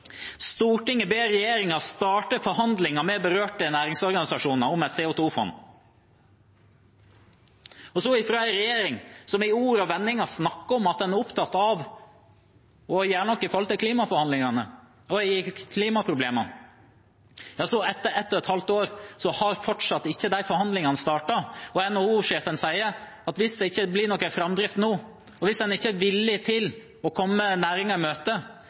Stortinget til regjeringen: Stortinget ber regjeringen starte forhandlinger med berørte næringsorganisasjoner om et CO 2 -fond. Med en regjering som i ord og vendinger snakker om at en er opptatt av å gjøre noe med hensyn til klimaforhandlingene og klimaproblemene, har etter et og et halvt år fortsatt ikke de forhandlingene startet. NHO-sjefen sier at hvis det ikke blir noen framdrift nå, og hvis en ikke er villig til å komme næringen i